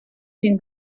sin